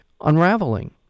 unraveling